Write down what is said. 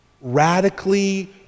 radically